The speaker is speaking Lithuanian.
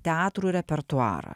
teatrų repertuarą